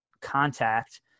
contact